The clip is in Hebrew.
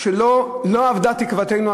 שלא אבדה תקוותנו,